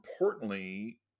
importantly